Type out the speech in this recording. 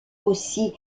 aussi